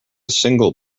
single